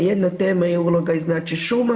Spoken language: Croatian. Jedna tema je uloga znači šuma.